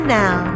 now